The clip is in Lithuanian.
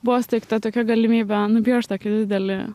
buvo suteikta tokia galimybė nupiešt tokį didelį